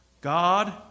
God